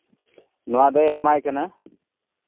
ᱱᱚᱣᱟ ᱫᱚ ᱮᱢᱟᱭ ᱠᱟᱱᱟ